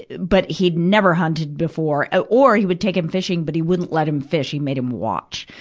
but, he'd never hunted before. ah or he would take him fishing, but he wouldn't let him fish he made him watch.